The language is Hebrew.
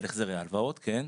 של החזרי ההלוואות, כן.